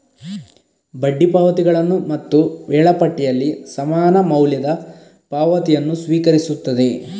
ಬಡ್ಡಿ ಪಾವತಿಗಳನ್ನು ಮತ್ತು ವೇಳಾಪಟ್ಟಿಯಲ್ಲಿ ಸಮಾನ ಮೌಲ್ಯದ ಪಾವತಿಯನ್ನು ಸ್ವೀಕರಿಸುತ್ತದೆ